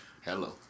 Hello